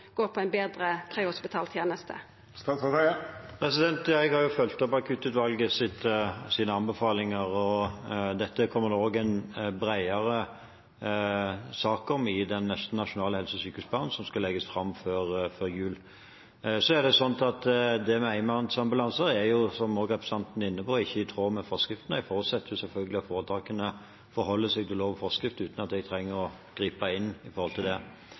går på ei betre prehospital teneste? Jeg har jo fulgt opp akuttutvalgets anbefalinger, og dette kommer det også en bredere sak om i den neste nasjonale helse- og sykehusplanen, som skal legges fram før jul. Det med enmannsambulanser er, som også representanten er inne på, ikke i tråd med forskriften. Jeg forutsetter selvfølgelig at foretakene forholder seg til lov og forskrift uten at jeg trenger å gripe inn. Men la oss se på Senterpartiets forslag: Hvis vi skal ta det